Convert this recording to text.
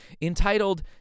entitled